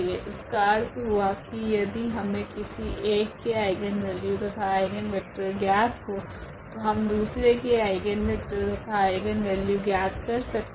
इसका अर्थ हुआ की यदि हमे किसी एक के आइगनवेल्यू तथा आइगनवेक्टर ज्ञात हो तो हम दूसरे के आइगनवेक्टर तथा आइगनवेल्यू ज्ञात कर सकते है